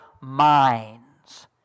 minds